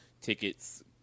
tickets